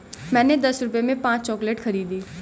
मैंने दस रुपए में पांच चॉकलेट खरीदी